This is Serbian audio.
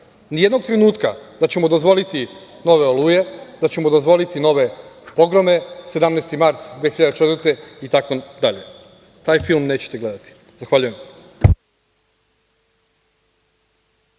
nijednog trenutka da ćemo dozvoliti nove „Oluje“, da ćemo dozvoliti nove pogrome, 17. mart 2004. itd. Taj film nećete gledati. Zahvaljujem.